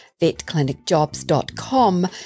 VetClinicJobs.com